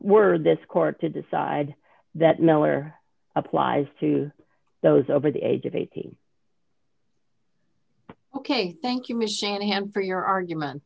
were this court to decide that miller applies to those over the age of eighteen ok thank you michelle and him for your argument